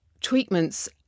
treatments